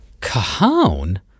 Cajon